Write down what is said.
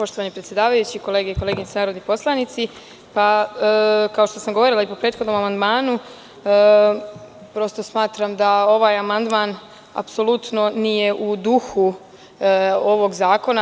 Poštovani predsedavajući, kolege i koleginice narodni poslanici, kao što sam govorila i po prethodnom amandmanu, prosto smatram da ovaj amandman apsolutno nije u duhu ovog zakona.